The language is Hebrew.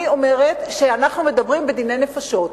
אני אומרת שאנחנו מדברים בדיני נפשות.